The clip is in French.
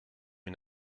une